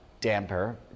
damper